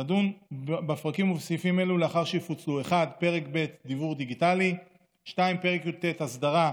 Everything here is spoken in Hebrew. תדון בפרקים ובסעיפים אלה לאחר שיפוצלו: 1. פרק ב' (דיוור דיגיטלי); 2. פרק י"ט (אסדרה),